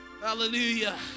Hallelujah